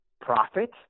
profit